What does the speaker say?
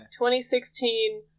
2016